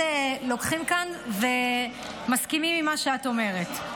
לוקחים כאן ומסכימים עם מה שאת אומרת.